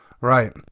right